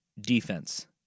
defense